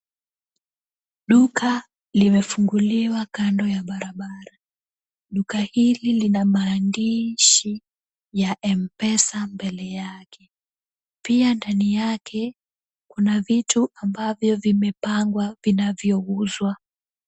Duka limefunguliwa kando ya barabara. Duka hili lina maandishi ya M-Pesa mbele yake. Pia ndani yake kuna vitu ambavyo vimepangwa vinavyouzwa.